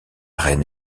reine